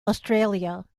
australia